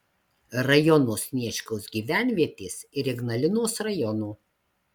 rajono sniečkaus gyvenvietės ir ignalinos rajono